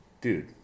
Dude